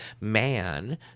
man